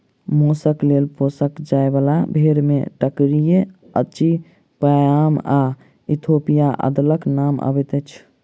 मौसक लेल पोसल जाय बाला भेंड़ मे टर्कीक अचिपयाम आ इथोपियाक अदलक नाम अबैत अछि